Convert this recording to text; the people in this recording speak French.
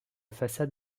façade